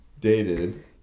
Dated